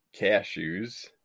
cashews